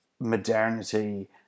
modernity